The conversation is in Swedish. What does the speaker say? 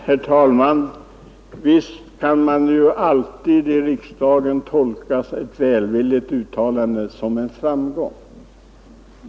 Herr talman! Visst kan man alltid tolka ett välvilligt uttalande i Fredagen den riksdagen som en framgång.